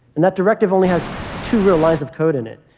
and that directive only has two real lines of code in it.